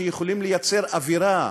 שיכולים לייצר אווירה,